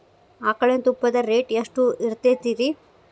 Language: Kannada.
ಆಕಳಿನ ತುಪ್ಪದ ರೇಟ್ ಎಷ್ಟು ಇರತೇತಿ ರಿ?